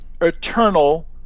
eternal